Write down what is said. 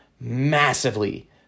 massively